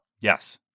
Yes